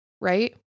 right